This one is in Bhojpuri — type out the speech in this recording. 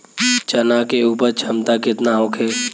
चना के उपज क्षमता केतना होखे?